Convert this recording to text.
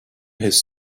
his